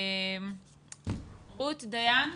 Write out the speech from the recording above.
רות דיין?